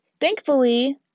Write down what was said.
thankfully